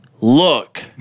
look